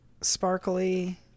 sparkly